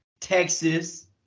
Texas